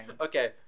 Okay